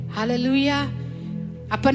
Hallelujah